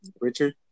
richard